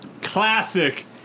Classic